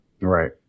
Right